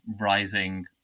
rising